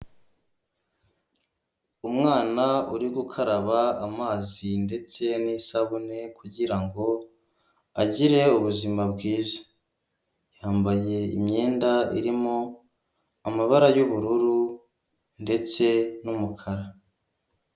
Umwana uri gukaraba amazi ndetse n'isabune, kugira ngo agire ubuzima bwiza, yambaye imyenda irimo amabara y'ubururu ndetse n'umukara.